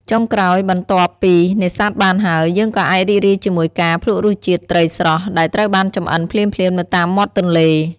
ចុងក្រោយ បន្ទាប់ពីនេសាទបានហើយ យើងក៏អាចរីករាយជាមួយការ ភ្លក្សរសជាតិត្រីស្រស់ ដែលត្រូវបានចម្អិនភ្លាមៗនៅតាមមាត់ទន្លេ។